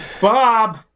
Bob